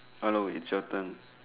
hello it's your turn